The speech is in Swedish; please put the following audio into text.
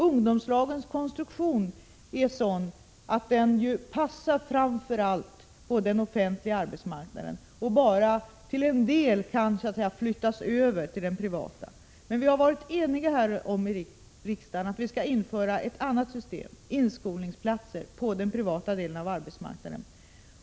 Ungdomslagens konstruktion är sådan att den passar framför allt på den offentliga arbetsmarknaden och bara till en del kan flyttas över till den privata. Riksdagen har emellertid varit enig om att införa ett annat system, med inskolningsplatser på den privata delen av arbetsmarknaden.